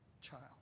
child